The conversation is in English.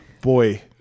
boy